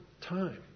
time